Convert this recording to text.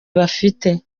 bafite